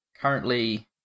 currently